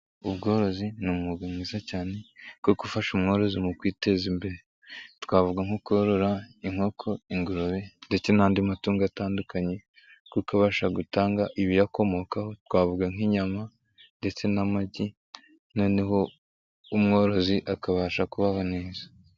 Ubworozi ni umwuga mwiza cyane wo gufasha umworozi mu kwiteza imbere. Twavuga nko korora: inkoko, ingurube ndetse n'andi matungo atandukanye kuko abasha gutanga ibiyakomokaho. Twavuga nk'inyama ndetse n'amagi noneho umworozi akabasha kubaho neza.